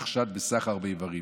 נחשד בסחר באיברים.